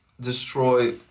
destroy